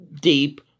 deep